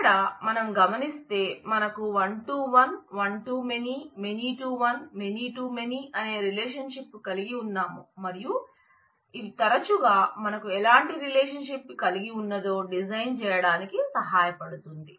ఇక్కడ మనం గమనిస్తే మనకు వన్ టూ వన్ అనే రిలేషన్షిప్ కలిగి ఉన్నాము మరియు ఇది తరచుగా మనకు ఎలాంటి రిలేషన్షిప్ కలిగి ఉన్నదో డిజైన్ చేయడానికి సహాయపడుతుంది